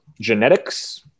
genetics